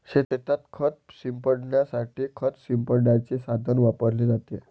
शेतात खत शिंपडण्यासाठी खत शिंपडण्याचे साधन वापरले जाते